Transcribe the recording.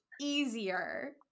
easier